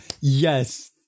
yes